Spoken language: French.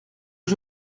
que